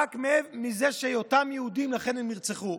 רק מהיותם יהודים הם נרצחו.